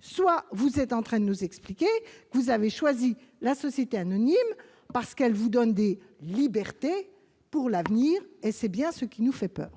soit vous êtes en train de nous expliquer que le choix de la société anonyme vous donne des libertés pour l'avenir, et c'est bien ce qui nous fait peur !